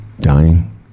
Dying